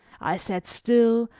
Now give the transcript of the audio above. i sat still,